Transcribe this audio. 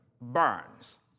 burns